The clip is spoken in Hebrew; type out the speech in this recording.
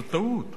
זו טעות.